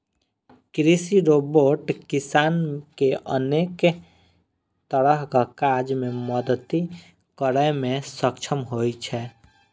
कृषि रोबोट किसान कें अनेक तरहक काज मे मदति करै मे सक्षम होइ छै